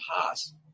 past